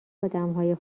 آدمهای